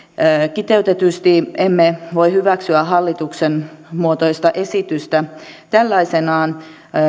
kiteytetysti emme voi hyväksyä hallituksen esityksen muotoista esitystä tällaisenaan